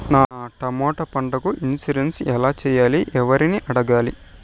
నా టమోటా పంటకు ఇన్సూరెన్సు ఎలా చెయ్యాలి? ఎవర్ని అడగాలి?